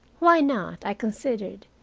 why not, i considered,